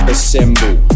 Assemble